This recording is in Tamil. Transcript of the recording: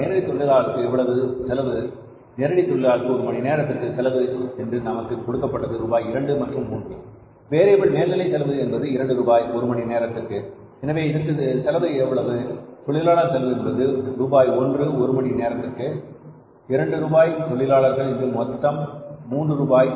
நேரடி தொழிலாளர்களுக்கு எவ்வளவு செலவு நேரடி தொழிலாளர்களுக்கு ஒவ்வொரு மணி நேரத்திற்கு செலவு என்று நமக்கு கொடுக்கப்பட்டது ரூபாய் 2 மற்றும் 3 வேரியபில் மேல்நிலை செலவு என்பது 2 ரூபாய் ஒரு மணி நேரத்திற்கு எனவே இங்கு செலவு எவ்வளவு தொழிலாளர் செலவு என்பது ரூபாய் 1 ஒரு மணி நேரத்திற்கு இரண்டு ரூபாய் தொழிலாளர்கள் இன்று மொத்தம் மூன்று ரூபாய்